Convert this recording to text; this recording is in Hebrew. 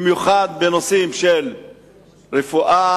במיוחד בנושאים של רפואה,